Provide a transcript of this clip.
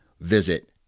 visit